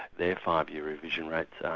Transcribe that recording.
their five year revision rates um